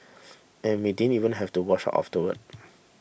and we didn't even have to wash up afterwards